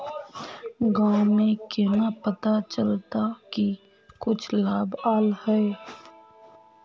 गाँव में केना पता चलता की कुछ लाभ आल है?